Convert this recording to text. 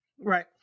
right